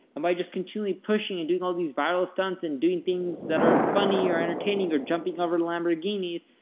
and by just continually pushing and doing all these viral stunts and doing things that are funny or entertaining or jumping over lamborghinis,